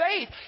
faith